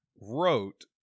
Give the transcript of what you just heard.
wrote